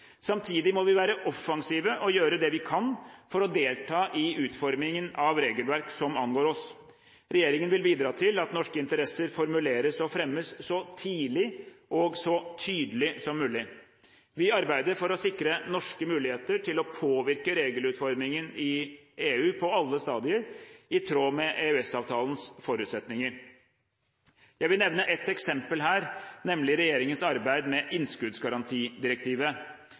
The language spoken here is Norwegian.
Samtidig må vi være offensive og gjøre det vi kan for å delta i utformingen av regelverk som angår oss. Regjeringen vil bidra til at norske interesser formuleres og fremmes så tidlig og så tydelig som mulig. Vi arbeider for å sikre norske muligheter til å påvirke regelverksutformingen i EU på alle stadier, i tråd med EØS-avtalens forutsetninger. Jeg vil nevne et eksempel her, nemlig regjeringens arbeid med innskuddsgarantidirektivet.